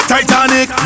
Titanic